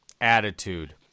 Attitude